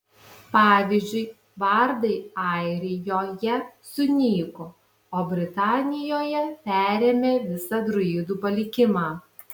pavyzdžiui bardai airijoje sunyko o britanijoje perėmė visą druidų palikimą